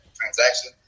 transaction